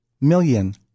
million